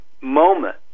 moment